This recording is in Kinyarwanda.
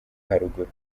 haruguru